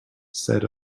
said